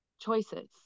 choices